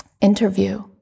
interview